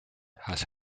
has